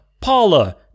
Paula